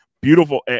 Beautiful